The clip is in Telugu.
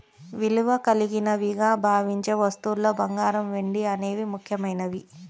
విలువ కలిగినవిగా భావించే వస్తువుల్లో బంగారం, వెండి అనేవి ముఖ్యమైనవి